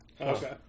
Okay